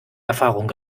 erfahrung